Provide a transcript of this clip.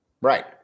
Right